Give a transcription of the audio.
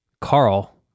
Carl